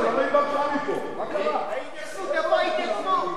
למה הדבקת אותי פה?